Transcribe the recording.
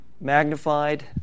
magnified